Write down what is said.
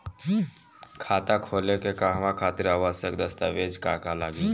खाता खोले के कहवा खातिर आवश्यक दस्तावेज का का लगी?